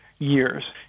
years